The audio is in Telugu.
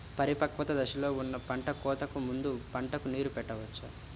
పరిపక్వత దశలో ఉన్న పంట కోతకు ముందు పంటకు నీరు పెట్టవచ్చా?